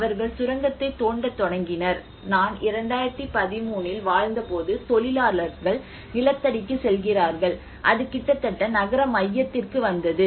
அவர்கள் சுரங்கத்தைத் தோண்டத் தொடங்கினர் நான் 2013 இல் வாழ்ந்தபோது தொழிலாளர்கள் நிலத்தடிக்குச் செல்கிறார்கள் அது கிட்டத்தட்ட நகர மையத்திற்கு வந்தது